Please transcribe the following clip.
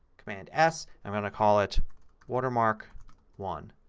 command s. i'm going to call it watermark one